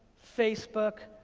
facebook,